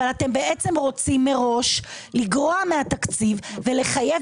אבל אתם בעצם רוצים מראש לגרוע מהתקציב ולחייב